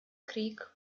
krieg